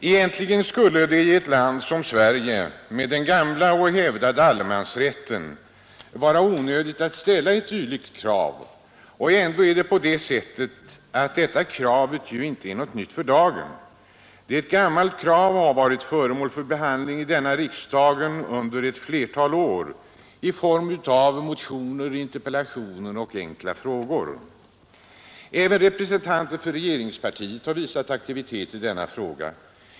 Egentligen skulle det i ett land som Sverige med den gamla och hävdade allemansrätten vara onödigt att ställa ett dylikt krav, och ändå är det på det sättet att kravet inte är nytt för dagen. Det är nu ett gammalt krav som har varit föremål för behandling i riksdagen under flera år i form av motioner, interpellationer och enkla frågor. Även representanter för regeringspartiet har visat aktivitet i denna fråga.